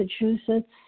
Massachusetts